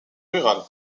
rural